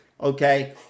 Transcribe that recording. Okay